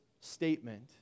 statement